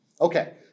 Okay